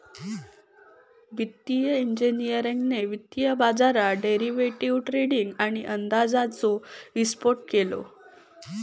वित्तिय इंजिनियरिंगने वित्तीय बाजारात डेरिवेटीव ट्रेडींग आणि अंदाजाचो विस्फोट केलो